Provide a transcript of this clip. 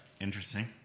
Interesting